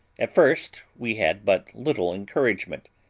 at first we had but little encouragement,